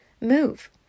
Move